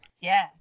Yes